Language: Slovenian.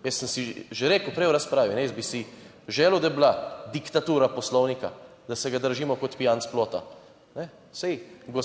Jaz sem si že rekel prej v razpravi, jaz bi si želel, da bi bila diktatura poslovnika, da se ga držimo kot pijanec plota, saj